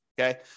Okay